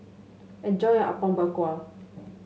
enjoy your Apom Berkuah